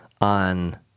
on